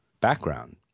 background